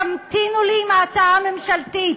תמתינו לנו עם ההצעה הממשלתית.